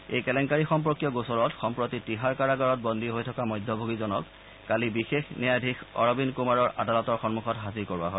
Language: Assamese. এই কেলেংকাৰী সম্পৰ্কীয় গোচৰত সম্প্ৰতি তিহাৰ কাৰাগাৰত বন্দী হৈ থকা মধ্যভোগীজনক কালি বিশেষ ন্যায়াধীশ অৰবিন্দ কুমাৰৰ আদালতৰ সন্মুখত হাজিৰ কৰোৱা হয়